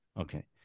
Okay